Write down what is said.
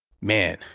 man